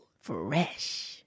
Fresh